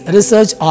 Research